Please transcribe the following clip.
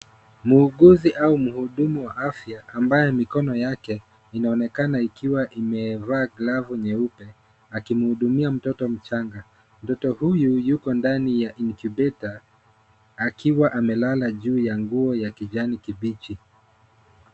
Muuguzi au mhudumu wa afya ambaye mikono yake inaonekana ikiwa imevaa glavu nyeupe akimhudumia mtoto mchanga. Mtoto huyu yuko ndani ya [cs ] incubator [cs ] akiwa amelala juu ya nguo ya kijani kibichi.